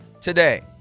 today